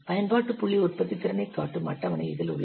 பயன்பாட்டு புள்ளி உற்பத்தித்திறனைக் காட்டும் அட்டவணை இதில் உள்ளது